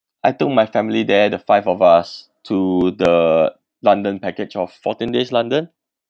I took my family there the five of us to the london package of fourteen days london